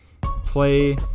play